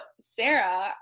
Sarah